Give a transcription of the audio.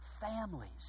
families